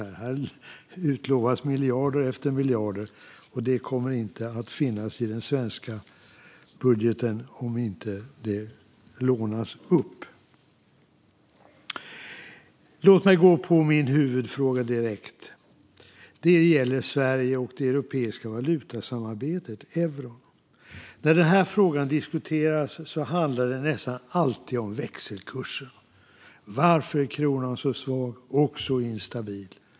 Här utlovas miljarder efter miljarder, och de kommer inte att finnas i den svenska budgeten om inte de lånas. Låt mig gå över till min huvudfråga. Den gäller Sverige och det europeiska valutasamarbetet euron. När frågan diskuteras handlar det nästan alltid om växelkurser. Varför är kronan så svag och så instabil?